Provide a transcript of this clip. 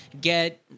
get